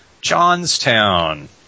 Johnstown